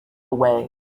away